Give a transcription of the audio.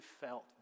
felt